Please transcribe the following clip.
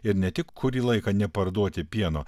ir ne tik kurį laiką neparduoti pieno